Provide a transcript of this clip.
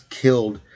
killed